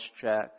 check